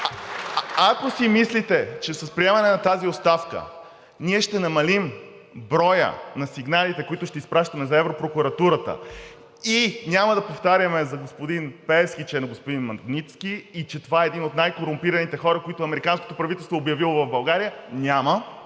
Ако си мислите, че с приемането на тази оставка ние ще намалим броя на сигналите, които ще изпращаме за Европрокуратурата и няма да повтаряме за господин Пеевски, че е на господин Магнитски и че това е един от най-корумпираните хора, които американското правителство е обявило в България – няма!